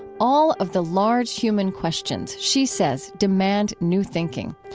all of the large human questions, she says, demand new thinking.